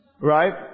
Right